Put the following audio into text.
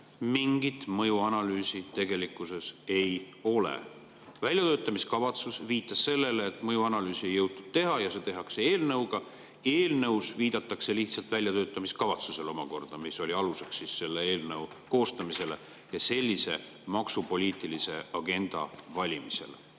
mingit mõjuanalüüsi tegelikkuses ei ole. Väljatöötamiskavatsus viitab sellele, et mõjuanalüüsi ei jõutud teha ja tehakse eelnõuga [koos]. Eelnõus viidatakse omakorda väljatöötamiskavatsusele, mis oli aluseks eelnõu koostamisele ja sellise maksupoliitilise agenda valimisele.